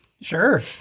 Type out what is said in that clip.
sure